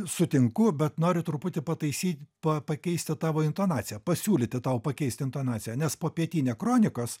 sutinku bet noriu truputį pataisyt pa pakeisti tavo intonaciją pasiūlyti tau pakeisti intonaciją nes po pietinia kronikos